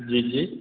जी जी